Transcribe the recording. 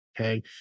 okay